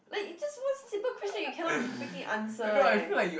wait it's just one simple question you cannot freaking answer eh